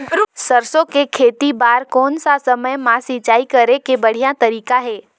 सरसो के खेती बार कोन सा समय मां सिंचाई करे के बढ़िया तारीक हे?